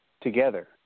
together